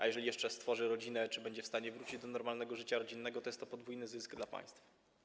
A jeżeli jeszcze stworzy rodzinę czy będzie w stanie wrócić do normalnego życia rodzinnego, to jest to podwójny zysk dla państwa.